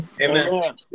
Amen